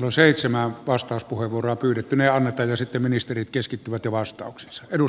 noin seitsemään vastauspuheenvuoro pyydettynä on että myös että ministerit reilusti ja rohkeasti